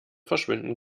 verschwinden